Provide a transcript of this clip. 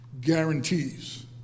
guarantees